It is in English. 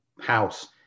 house